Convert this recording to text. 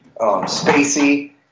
spacey